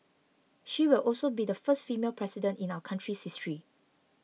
she will also be the first female President in our country's history